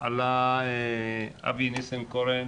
עלה אבי ניסנקורן